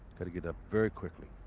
got to get up very quickly.